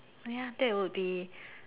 ya that will be